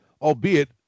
albeit